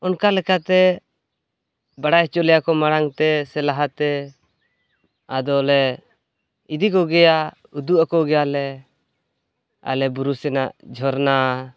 ᱚᱱᱠᱟ ᱞᱮᱠᱟᱛᱮ ᱵᱟᱲᱟᱭ ᱚᱪᱚᱞᱮᱭᱟᱠᱚ ᱢᱟᱲᱟᱝᱛᱮ ᱥᱮ ᱞᱟᱦᱟᱛᱮ ᱟᱫᱚᱞᱮ ᱤᱫᱤᱠᱚ ᱜᱮᱭᱟ ᱩᱫᱩᱜᱟᱠᱚ ᱜᱮᱭᱟᱞᱮ ᱟᱞᱮ ᱵᱩᱨᱩ ᱥᱮᱱᱟᱜ ᱡᱷᱚᱨᱱᱟ